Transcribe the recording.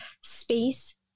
space